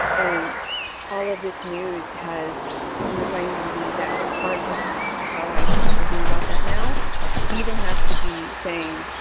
and all of this news has reminded me that a part of how i talked to him about that now even has to be saying,